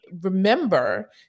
remember